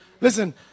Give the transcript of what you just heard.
Listen